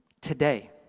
today